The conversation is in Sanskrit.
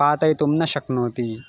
पातयितुं न शक्नोति